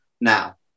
now